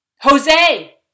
jose